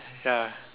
ya